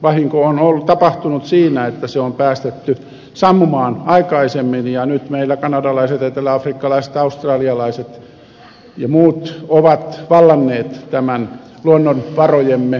vahinko on tapahtunut siinä että se on päästetty sammumaan aikaisemmin ja nyt meillä kanadalaiset eteläafrikkalaiset australialaiset ja muut ovat vallanneet tämän luonnonvarojemme hyödyntämisen